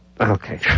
Okay